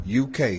UK